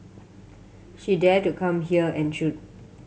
she dare to come here and shoot